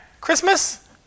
Christmas